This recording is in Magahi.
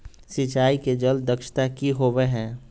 सिंचाई के जल दक्षता कि होवय हैय?